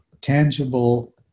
tangible